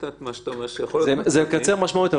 יכול לשמש מניפולציה של הסנגורים.